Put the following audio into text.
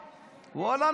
ואללה,